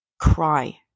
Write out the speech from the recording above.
cry